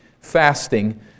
fasting